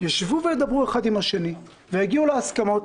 ישבו וידברו אחד עם השני ויגיעו להסכמות,